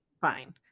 fine